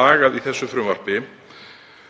lagað í þessu frumvarpi.